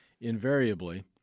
invariably